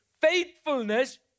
faithfulness